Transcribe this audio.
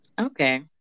okay